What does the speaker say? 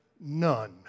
none